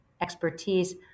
expertise